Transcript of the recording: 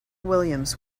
williams